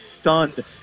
stunned